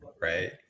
right